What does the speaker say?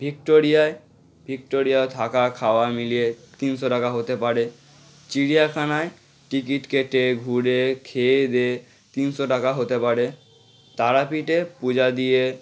ভিক্টোরিয়ায় Victoria থাকা খাওয়া মিলিয়ে তিনশো টাকা হতে পারে চিড়িয়াখানায় টিকিট কেটে ঘুরে খেয়ে দেয়ে তিনশো টাকা হতে পারে তারাপীঠে পূজা দিয়ে